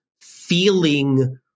feeling